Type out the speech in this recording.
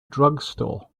drugstore